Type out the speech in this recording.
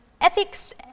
ethics